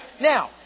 Now